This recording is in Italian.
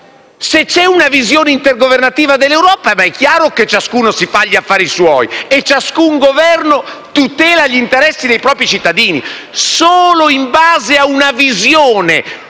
Se c'è una visione intergovernativa dell'Europa, è chiaro che ciascuno si fa gli affari suoi e ciascun Governo tutela gli interessi dei propri cittadini. Solo in base ad una visione